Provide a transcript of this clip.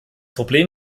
problem